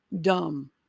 dumb